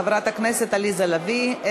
חברת הכנסת עליזה לביא,